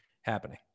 happening